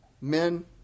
Men